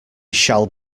shall